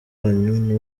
wanyu